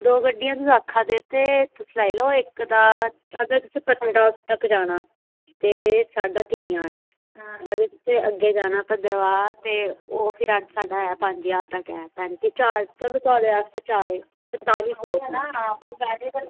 दो गड्डियां आक्खा दे ते पुच्छी लैओ अगर तुसें पत्नीटॉप तगर जाना ते साढ़े तीन ज्हार ऐ ते अग्गें जाना भद्रवाह ते ओह् साढ़ा ऐ पंज ज्हार ऐ चलो थुआढ़े आस्तै चार ज्हार पंताली सौ